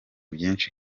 byinshi